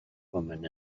woman